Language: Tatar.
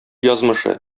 язмышы